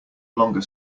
longer